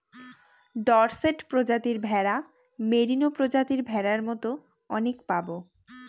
Dorset প্রজাতির ভেড়া, merino প্রজাতির ভেড়ার মতো অনেক পাবো